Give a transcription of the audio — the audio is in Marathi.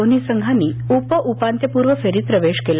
दोन्ही संघांनी उपउपांत्यपुर्व फेरीत प्रवेश केला